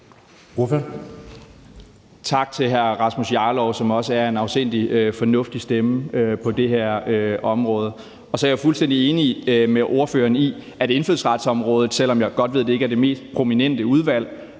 Tak til hr. Rasmus Jarlov, som også er en afsindig fornuftig stemme på det her område. Jeg er fuldstændig enig med hr. Rasmus Jarlov i, at indfødsretsområdet – selv om jeg godt ved, at det ikke er det mest prominente udvalg